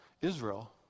Israel